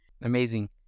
Amazing